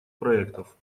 проектов